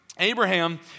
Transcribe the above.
Abraham